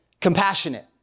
compassionate